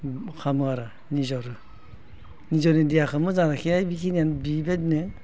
खालामो आरो निजेनि देहाखौ मोजां लाखिनाय बेखिनियानो बेबायदिनो